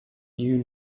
you